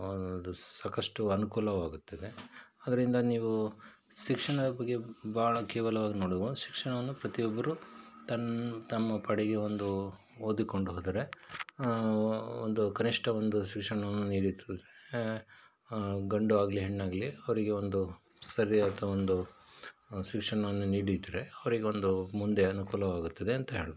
ಒಂದು ಸಾಕಷ್ಟು ಅನುಕೂಲವಾಗುತ್ತದೆ ಅದರಿಂದ ನೀವು ಶಿಕ್ಷಣದ ಬಗ್ಗೆ ಬಹಳ ಕೇವಲ್ವಾಗಿ ನೋಡುವ ಶಿಕ್ಷಣವನ್ನು ಪ್ರತಿಯೊಬ್ಬರು ತನ್ನ ತಮ್ಮ ಪಾಡಿಗೆ ಒಂದು ಓದಿಕೊಂಡು ಹೋದರೆ ಒಂದು ಕನಿಷ್ಠ ಒಂದು ಶಿಕ್ಷಣವನ್ನು ನೀಡುತ್ತದೆ ಗಂಡು ಆಗಲಿ ಹೆಣ್ಣಾಗಲಿ ಅವರಿಗೆ ಒಂದು ಸರಿಯಾದ ಒಂದು ಶಿಕ್ಷಣವನ್ನು ನೀಡಿದರೆ ಅವ್ರಿಗೆ ಒಂದು ಮುಂದೆ ಅನುಕೂಲವಾಗುತ್ತದೆ ಅಂತ ಹೇಳ್ಬೋದು